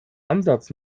ansatz